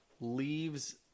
leaves